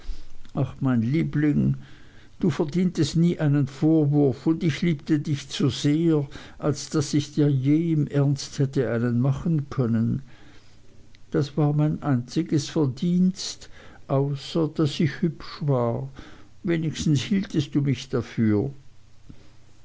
ach mein liebling du verdientest nie einen vorwurf und ich liebte dich zu sehr als daß ich dir je im ernst hätte einen machen können das war mein einziges verdienst außer daß ich hübsch war wenigstens hieltest du mich dafür